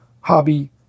hobby